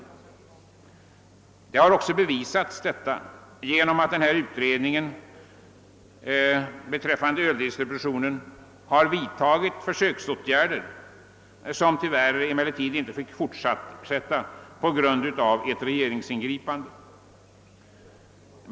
Detta har också bevisats genom att utredningen beträffande öldistributionen har vidtagit försöksåtgärder, vilkas fortsättning tyvärr förhindrades genom ett regeringsingripande.